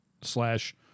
slash